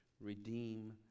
redeem